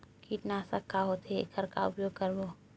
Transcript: कीटनाशक का होथे एखर का उपयोग करबो?